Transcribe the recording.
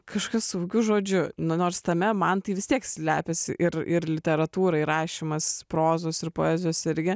kažkas saugiu žodžiu nu nors tame man tai vis tiek slepiasi ir ir literatūra rašymas prozos ir poezijos irgi